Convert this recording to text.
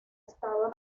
estado